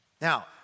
Now